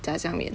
炸酱面